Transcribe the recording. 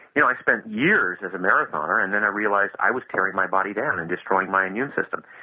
you know i spent years as a marathoner and then i realized i was carrying my body down and destroying my immune system.